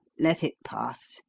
let it pass.